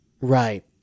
Right